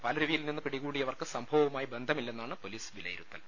പാലരുവിയിൽ നിന്ന് പിടികൂടിയവർക്ക് സംഭവവു മായി ബന്ധമില്ലെന്നാണ് പൊലീസ് വിലയിരുത്തൽ